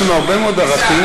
יש לנו הרבה מאוד ערכים.